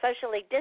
socially